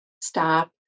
stop